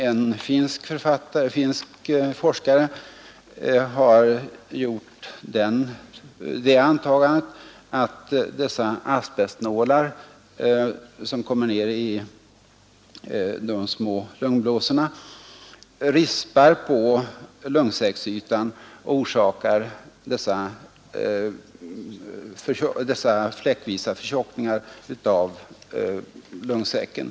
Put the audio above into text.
En finsk forskare har gjort antagandet att de asbestnålar som kommer ner i de små lungblåsorna rispar på lungsäcksytan och orsakar dessa fläckvisa förtjockningar av lungsäcken.